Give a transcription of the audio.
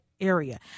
area